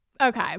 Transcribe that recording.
Okay